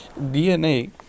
DNA